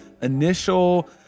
initial